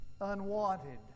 unwanted